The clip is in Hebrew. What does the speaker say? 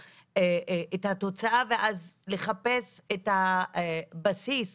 התוצאה ואז לחפש את הבסיס